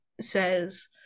says